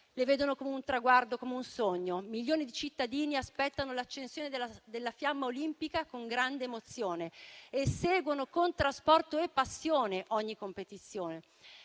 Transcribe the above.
le vedono come un traguardo, come un sogno. Milioni di cittadini aspettano l'accensione della fiamma olimpica con grande emozione e seguono con trasporto e passione ogni competizione.